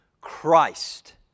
Christ